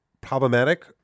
problematic